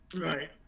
Right